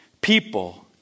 people